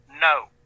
no